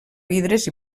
vidres